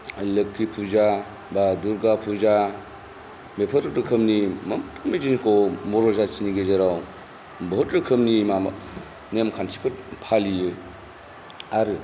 लोक्षि पुजा बा दुर्गा पुजा बेफोर रोखोमनि माबायदिखौ बर' जाथिनि गेजेराव बहुद रोखोमनि माबा नेमखान्थिफोर फालियो आरो